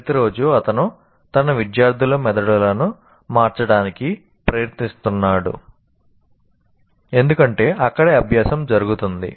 ప్రతిరోజూ అతను తన విద్యార్థుల మెదడులను మార్చడానికి ప్రయత్నిస్తున్నాడు ఎందుకంటే అక్కడే అభ్యాసం జరుగుతుంది